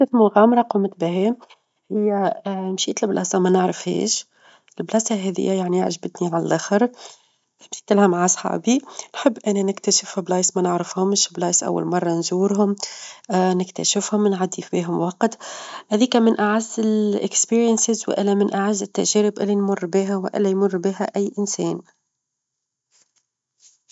أحدث مغامرة قومت بيها هي مشيت لبلاصة ما نعرفهاش، البلاصة هاذيا يعني عجبتني على اللخر، مشيت لها مع أصحابي، نحب إني نكتشف بلايص ما نعرفهمش بلايص اول مرة نزورهم، نكتشفهم، نعدي فيهم وقت، هاذيك من أعز الخبرات، والا من أعز التجارب اللى نمر بيها، واللي يمر بيها أى إنسان.